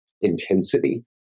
intensity